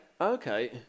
Okay